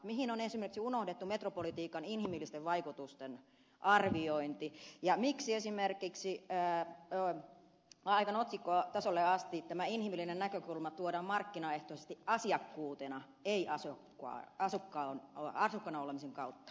mihin on esimerkiksi unohdettu metropolipolitiikan inhimillisten vaikutusten arviointi ja miksi esimerkiksi aivan otsikkotasolle asti tämä inhimillinen näkökulma tuodaan markkinaehtoisesti asiakkuutena ei asukkaana olemisen kautta